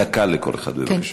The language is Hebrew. דקה לכל אחד, ברשותכם.